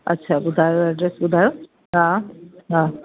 अछा ॿुधायो एड्रेस ॿुधायो हा हा